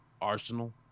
arsenal